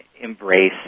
embrace